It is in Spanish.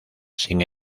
sin